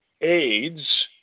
AIDS